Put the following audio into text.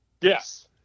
Yes